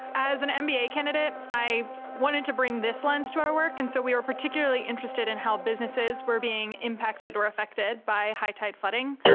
as an mba candidate i wanted to bring this lens to our work, and so we were particularly interested in how businesses were being impacted or affected by high tide flooding.